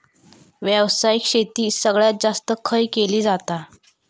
व्यावसायिक शेती सगळ्यात जास्त खय केली जाता?